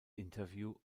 interview